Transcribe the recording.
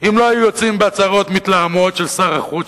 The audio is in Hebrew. אם לא היו יוצאים בהצהרות מתלהמות של שר החוץ,